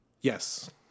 Yes